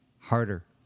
harder